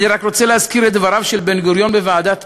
אני רק רוצה להזכיר את דבריו של בן-גוריון בוועדת פיל.